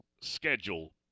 schedule